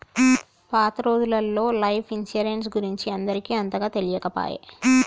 పాత రోజులల్లో life insurance గురించి అందరికి అంతగా తెలియకపాయె